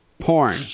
Porn